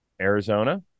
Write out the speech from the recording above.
Arizona